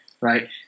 right